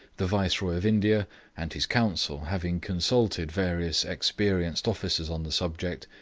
the viceroy of india and his council having consulted various experienced officers on the subject,